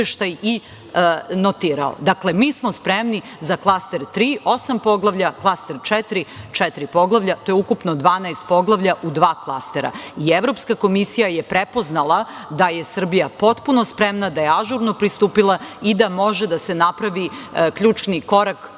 kako je Izveštaj i notirao. Dakle, mi smo spremni za klaster 3, osam poglavlja, klaster 4, četiri poglavlja. To je ukupno 12 poglavlja u dva klastera. Evropska komisija je prepoznala da je Srbija potpuno spremna, da je ažurno pristupila i da može da se napravi ključni korak o